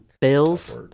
Bills